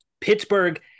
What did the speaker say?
Pittsburgh